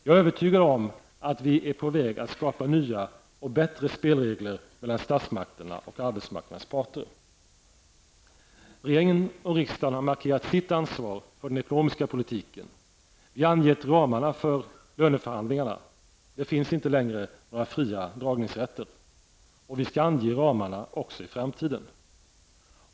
Jag är övertygad om att vi är på väg att skapa nya och bättre spelregler mellan statsmakterna och arbetsmarknadens parter. Regeringen och riksdagen har markerat sitt ansvar för den ekonomiska politiken. Vi har angett ramarna för löneförhandlingarna -- det finns inte längre några fria dragningsrätter. Vi skall ange ramarna också i framtiden.